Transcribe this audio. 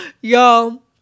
y'all